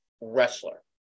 wrestler